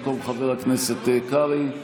במקום חבר הכנסת קרעי.